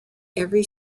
every